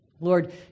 Lord